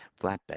flatbed